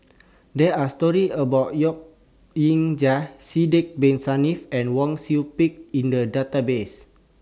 There Are stories about Yok Ying Jang Sidek Bin Saniff and Wang Sui Pick in The Database